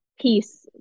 peace